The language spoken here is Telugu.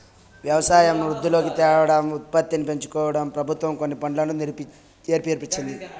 వ్యవసాయంను వృద్ధిలోకి తేవడం, ఉత్పత్తిని పెంచడంకోసం ప్రభుత్వం కొన్ని ఫండ్లను ఏర్పరిచింది